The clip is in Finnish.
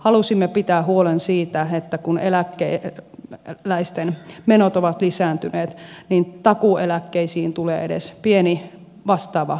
halusimme pitää huolen siitä että kun eläkeläisten menot ovat lisääntyneet niin takuueläkkeisiin tulee edes pieni vastaava korotus